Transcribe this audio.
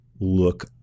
look